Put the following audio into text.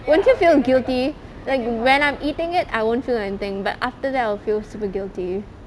won't you feel guilty like when I'm eating it I won't feel anything but after that I will feel super guilty